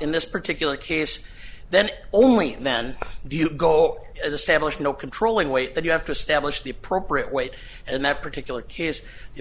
in this particular case then only then do you go at established no controlling weight that you have to establish the appropriate weight and that particular case the